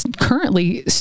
currently